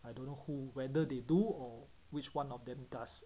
I don't know who whether they do or which one of them does